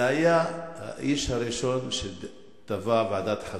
זה היה האיש הראשון שתבע ועדת חקירה,